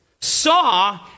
saw